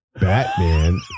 Batman